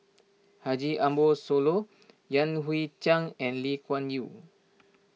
Haji Ambo Sooloh Yan Hui Chang and Lee Kuan Yew